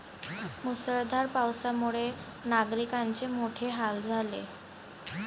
मुसळधार पावसामुळे नागरिकांचे मोठे हाल झाले